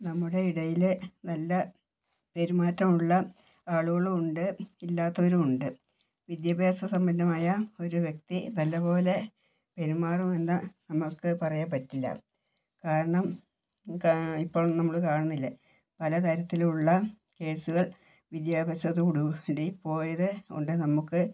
നമ്മുടെ ഇടയിൽ നല്ല പെരുമാറ്റമുള്ള ആളുകളൂണ്ട് ഇല്ലാത്തവരുമുണ്ട് വിദ്യാഭ്യാസ സമ്പന്നമായ ഒരു വ്യക്തി നല്ലപോലെ പെരുമാറുമെന്ന നമുക്ക് പറയാൻ പറ്റില്ല കാരണം കാ ഇപ്പോൾ നമ്മൾ കാണുന്നില്ലേ പല തരത്തിലുള്ള കേസുകൾ വിദ്യാഭ്യാസത്തോടു കൂടി പോയത് കൊണ്ട് നമുക്ക്